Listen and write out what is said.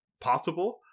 possible